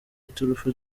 iturufu